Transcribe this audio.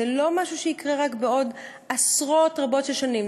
זה לא משהו שיקרה רק בעוד עשרות רבות של שנים,